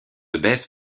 baisse